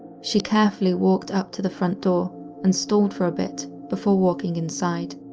she carefully walked up to the front door and stalled for a bit before walking inside.